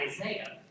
Isaiah